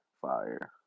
fire